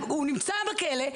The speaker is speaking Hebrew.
הוא נמצא בכלא,